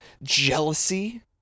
Jealousy